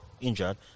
injured